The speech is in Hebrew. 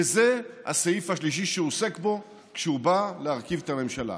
וזה הסעיף השלישי שהוא עוסק בו כשהוא בא להרכיב את הממשלה: